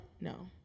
No